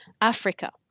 Africa